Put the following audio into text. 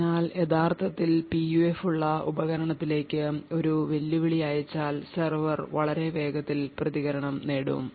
അതിനാൽ യഥാർത്ഥത്തിൽ PUF ഉള്ള ഉപകരണത്തിലേക്ക് ഒരു വെല്ലുവിളി അയച്ചാൽ സെർവർ വളരെ വേഗത്തിൽ പ്രതികരണം നേടും